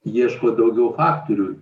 ieško daugiau faktorių